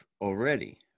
already